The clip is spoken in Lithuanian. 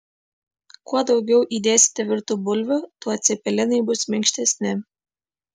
kuo daugiau įdėsite virtų bulvių tuo cepelinai bus minkštesni